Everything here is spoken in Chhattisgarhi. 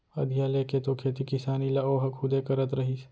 अधिया लेके तो खेती किसानी ल ओहा खुदे करत रहिस